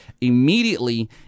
immediately